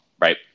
right